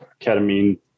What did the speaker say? ketamine